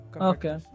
Okay